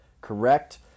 correct